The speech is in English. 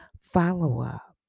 follow-up